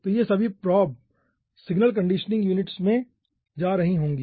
तो ये सभी प्रोब सिग्नल कंडीशनिंग यूनिट्स में जा रही होंगी